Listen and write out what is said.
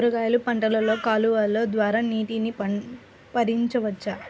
కూరగాయలు పంటలలో కాలువలు ద్వారా నీటిని పరించవచ్చా?